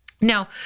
Now